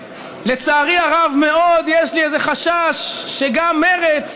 לצערי הרב מאוד, יש לי איזה חשש שגם מרצ,